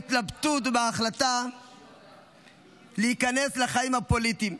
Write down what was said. וכן בהתלבטות ובהחלטה להיכנס לחיים הפוליטיים.